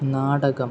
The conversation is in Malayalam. നാടകം